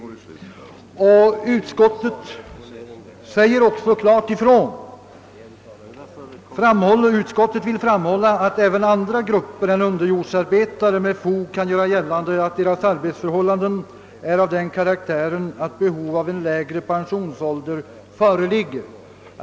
Utskottet framhåller också klart »att även andra grupper än underjordsarbetare med fog kan göra gällande att deras arbetsförhållanden är av den karaktären att behov av lägre pensionsålder föreligger».